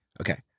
okay